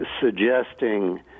suggesting